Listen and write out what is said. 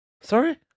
sorry